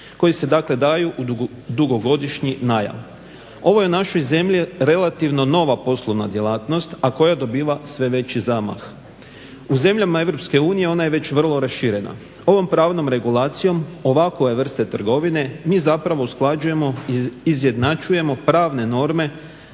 koji se dakle daju u dugogodišnji najam. Ovo je našoj zemlji relativno nova poslovna djelatnost, a koja dobiva sve veći zamah. U zemljama Europske unije ona je već vrlo raširena. Ovom pravnom regulacijom ovakove vrste trgovine mi zapravo usklađujemo, izjednačujemo pravne norme